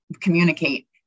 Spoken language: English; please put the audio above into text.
communicate